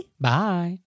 Bye